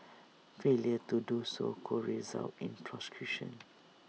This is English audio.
failure to do so could result in prosecution